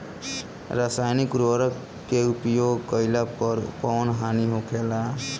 रसायनिक उर्वरक के उपयोग कइला पर कउन हानि होखेला?